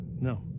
No